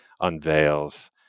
unveils